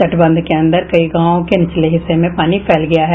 तटबंध के अन्दर कई गांवों के निचले हिस्से में पानी फैल गया है